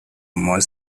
more